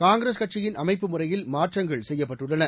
காங்கிரஸ் கட்சியின் அமைப்பு முறையில் மாற்றங்கள் செய்யப்பட்டுள்ளன